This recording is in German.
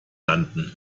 landen